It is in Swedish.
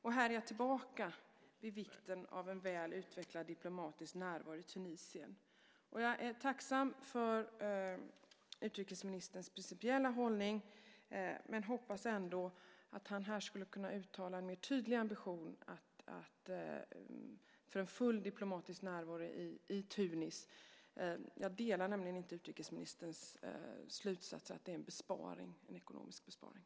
Och här är jag tillbaka vid vikten av en väl utvecklad diplomatisk närvaro i Tunisien. Jag är tacksam för utrikesministerns principiella hållning men hade ändå hoppats att han här skulle kunna uttala en mer tydlig ambition för en full diplomatisk närvaro i Tunis. Jag delar nämligen inte utrikesministerns slutsats att det är en ekonomisk besparing.